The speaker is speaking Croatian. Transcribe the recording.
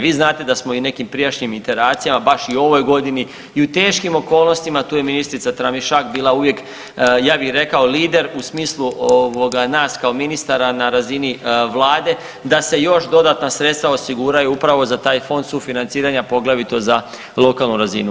Vi znate da smo i nekim prijašnjim interacijama baš i u ovoj godini i u teškim okolnostima, tu je ministrica Tramišak bila uvijek ja bih rekao lider u smislu nas kao ministara na razini vlade da se još dodatna sredstva osiguraju upravo za taj fond sufinanciranja poglavito za lokalnu razinu.